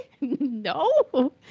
no